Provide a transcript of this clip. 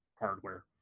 Hardware